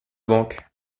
banque